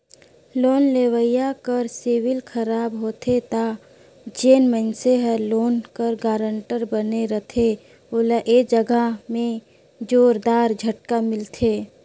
loan लेवइया कर CIBIL खराब होथे ता जेन मइनसे हर लोन कर गारंटर बने रहथे ओला ए जगहा में जोरदार झटका मिलथे